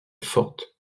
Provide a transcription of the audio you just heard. forte